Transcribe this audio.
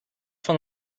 van